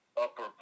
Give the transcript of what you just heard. upper